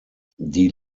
die